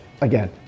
again